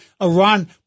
Iran